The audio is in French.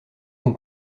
donc